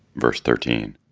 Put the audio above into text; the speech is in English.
verse thirteen.